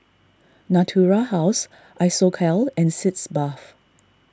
Natura House Isocal and Sitz Bath